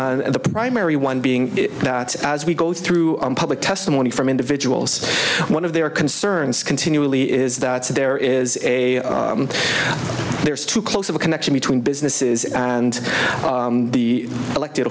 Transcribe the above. reno the primary one being that as we go through public testimony from individuals one of their concerns continually is that there is a there's too close of a connection between businesses and the elected